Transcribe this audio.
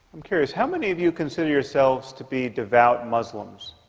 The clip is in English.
i'm curious. how many of you consider yourselves to be devout muslims?